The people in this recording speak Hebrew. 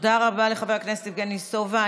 תודה רבה לחבר הכנסת יבגני סובה.